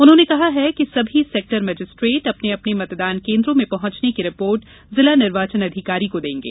उन्होंने कहा है कि सभी सेक्टर मजिस्ट्रेट अपने अपने मतदान केंद्रों में पहंचने की रिपोर्ट जिला निर्वाचन अधिकारी को देंगे